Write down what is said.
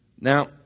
now